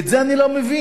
את זה אני לא מבין.